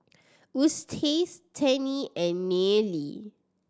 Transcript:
Eustace Tennie and Nealie